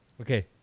Okay